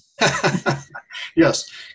Yes